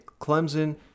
Clemson